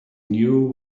knew